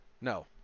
no